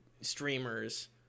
streamers